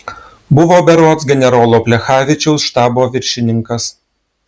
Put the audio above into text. buvo berods generolo plechavičiaus štabo viršininkas